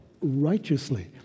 righteously